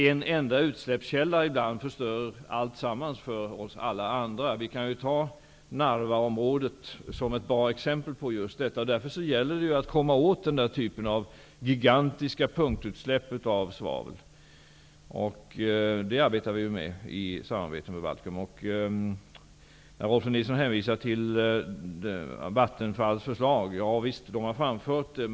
En enda utsläppskälla kan ibland förstöra alltsammans för oss andra. Vi kan ta Narvaområdet som ett bra exempel. Det gäller att komma åt den typen av gigantiska punktutsläpp av svavel. Det arbetar vi med i samarbete med Rolf L Nilson hänvisar till Vattenfalls förslag. Vattenfall har framfört ett förslag.